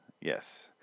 Yes